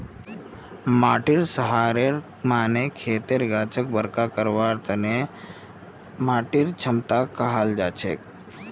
माटीर सहारेर माने खेतर गाछक बरका करवार तने माटीर क्षमताक कहाल जाछेक